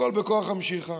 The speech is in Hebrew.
הכול בכוח המשיכה,